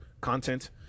content